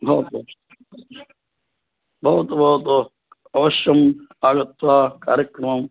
भवतु भवतु भवतु अवश्यम् आगत्य कार्यक्रमम्